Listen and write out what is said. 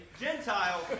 Gentile